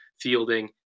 fielding